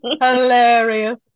Hilarious